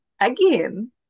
again